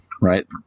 Right